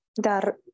Dar